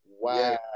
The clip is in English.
Wow